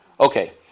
Okay